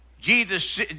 Jesus